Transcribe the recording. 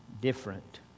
different